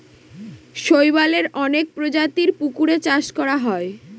শৈবালের অনেক প্রজাতির পুকুরে চাষ করা হয়